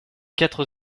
quatre